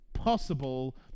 possible